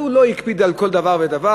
אבל הוא לא הקפיד על כל דבר ודבר,